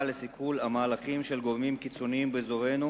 לסיכול מהלכים של גורמים קיצוניים באזורנו,